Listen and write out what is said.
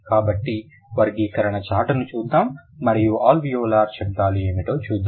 కాబట్టి వర్గీకరణ చార్ట్ని చూద్దాం మరియు అల్వియోలార్ శబ్దాలు ఏమిటో చూద్దాం